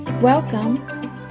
Welcome